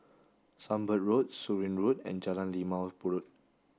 Sunbird Road Surin Road and Jalan Limau Purut